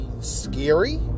scary